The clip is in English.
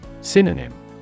Synonym